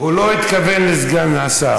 הוא לא התכוון לסגן השר.